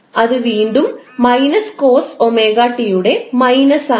അത് വീണ്ടും − cos 𝜔𝑡 യുടെ മൈനസ് ആണ്